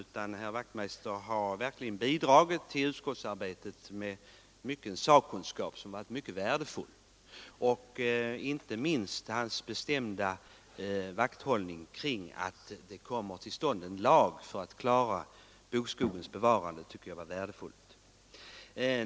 Herr Wachtmeister har verkligen bidragit till utskottsarbetet med värdefull sakkunskap. Inte minst har hans bestämda vakthållning kring att det kommer till stånd en lag som klarar bokskogens bevarande varit värdefull.